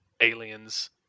aliens